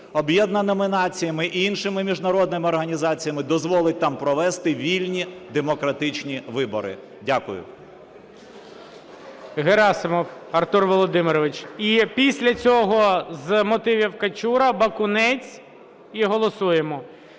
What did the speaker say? Об'єднаними Націями і іншими міжнародними організаціями, дозволить там провести вільні демократичні вибори. Дякую. ГОЛОВУЮЧИЙ. Герасимов Артур Володимирович. І після цього з мотивів – Качура, Бакунець, і голосуємо.